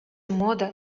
мода